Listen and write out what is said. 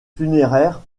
funéraires